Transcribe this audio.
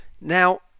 Now